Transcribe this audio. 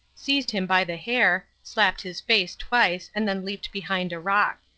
seized him by the hair, slapped his face twice and then leaped behind a rock.